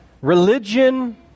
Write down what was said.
Religion